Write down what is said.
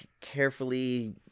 carefully